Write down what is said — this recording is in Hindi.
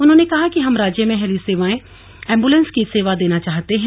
उन्होंने कहा कि हम राज्य में हेली एम्ब्लेंस की सेवा देना चाहते हैं